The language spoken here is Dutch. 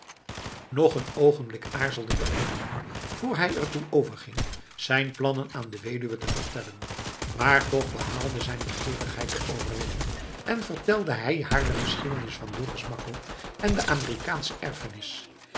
nog een oogenblik aarzelde de oude man voor hij er toe overging zijn plannen aan de weduwe te vertellen maar toch behaalde zijn begeerigheid de overwinning en vertelde hij haar de geschiedenis van dorus makko en de amerikaansche erfenis